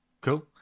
cool